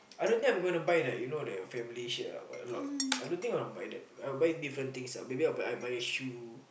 I don't think I'm going to buy like you know the family shirt ah but a lot I don't think I want to buy that I will buy different things ah may maybe I buy shoe